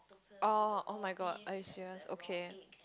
oh oh-my-god are you serious okay